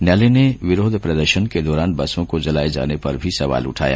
न्यायालय ने विरोध प्रदर्शन के दौरान बसों को जलाये जाने पर भी सवाल उठाया